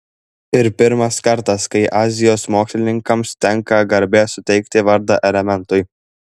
ir pirmas kartas kai azijos mokslininkams tenka garbė suteikti vardą elementui